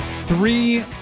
three